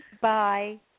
bye